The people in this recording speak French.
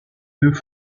deux